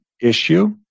issue